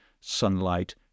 sunlight